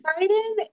Biden